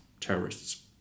terrorists